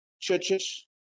churches